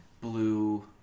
blue